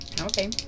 Okay